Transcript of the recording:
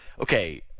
Okay